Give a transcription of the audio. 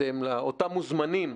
אותם "מוזמנים"